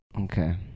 Okay